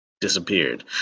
disappeared